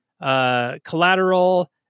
Collateral